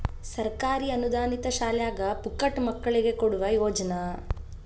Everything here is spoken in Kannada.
ಸರ್ಕಾರಿ ಅನುದಾನಿತ ಶಾಲ್ಯಾಗ ಪುಕ್ಕಟ ಮಕ್ಕಳಿಗೆ ಕೊಡುವ ಯೋಜನಾ